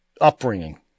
upbringing